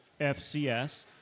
FCS